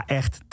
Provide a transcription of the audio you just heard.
echt